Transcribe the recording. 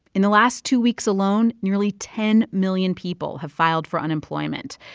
in the last two weeks alone, nearly ten million people have filed for unemployment.